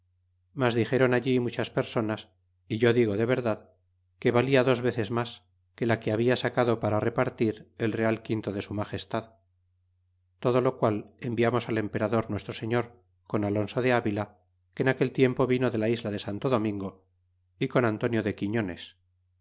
mas dixéron allí muchas personas e yo digo de verdad que valla dos veces mas que la que habla sacado para repartir el real quinto de su magestad todo lo qual enviamos al emperador nuestro señor con alonso de avila que en aquel tiempo vino de la isla de santo domingo y con antonio de quiñones